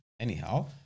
Anyhow